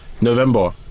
November